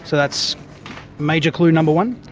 so that's major clue number one.